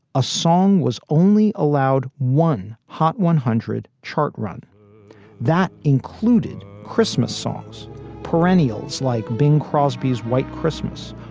a song was only allowed one hot one hundred chart run that included christmas songs perennials like bing crosby's white christmas